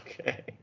okay